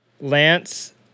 Lance